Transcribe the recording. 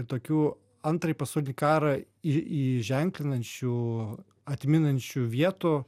tokių antrąjį pasaulinį karą į įženklinančių atminančių vietų